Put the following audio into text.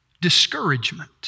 Discouragement